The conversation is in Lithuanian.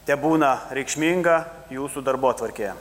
tebūna reikšminga jūsų darbotvarkėje